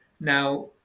Now